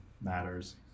matters